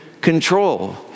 control